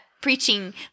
preaching